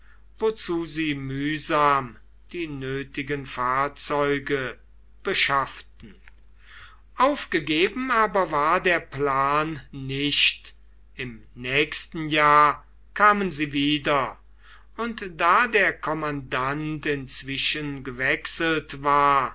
wozu sie mühsam die nötigen fahrzeuge beschafften aufgegeben aber war der plan nicht im nächsten jahr kamen sie wieder und da der kommandant inzwischen gewechselt war